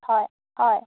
হয় হয়